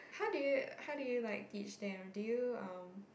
how do you how do you like teach them do you um